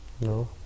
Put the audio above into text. no